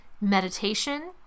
meditation